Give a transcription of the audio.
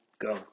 go